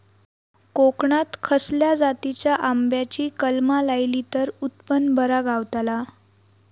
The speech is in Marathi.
कोकणात खसल्या जातीच्या आंब्याची कलमा लायली तर उत्पन बरा गावताला?